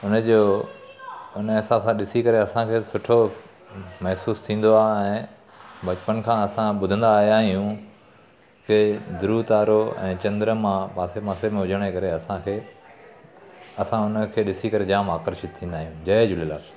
हुनजो हुनजे हिसाब सां ॾिसी करे असांखे सुठो महसूसु थींदो आहे ऐं बचपन खां असां ॿुधंदा आया आहियूं की ध्रुव तारो ऐं चंद्रमा पासे पासे में हुजण जे करे असांखे असां हुनखे ॾिसी करे जाम आकर्षित थींदा आहियूं जय झूलेलाल